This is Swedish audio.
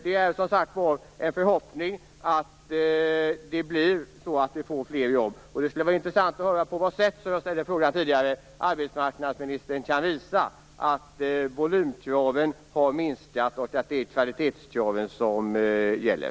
Det är en förhoppning att det blir fel jobb. Det skulle som sagt vara intressant att höra på vad sätt arbetsmarknadsministern kan visa att volymkraven har minskat och att det är kvalitetskraven som gäller.